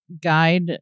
guide